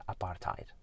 Apartheid